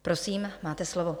Prosím, máte slovo.